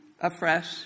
afresh